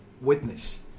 witness